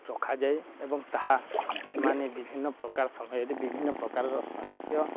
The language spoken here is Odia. ରଖାଯାଏ ଏବଂ ତାହା ସେମାନେ ବିଭିନ୍ନପ୍ରକାର ସମୟରେ ବିଭିନ୍ନପ୍ରକାରର ସ୍ୱାସ୍ଥ୍ୟ